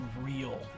real